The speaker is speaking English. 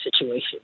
situation